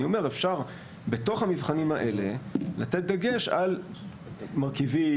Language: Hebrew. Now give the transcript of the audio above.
אפשר בתוך המבחנים האלה לתת דגש על מרכיבים,